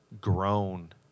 grown